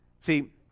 See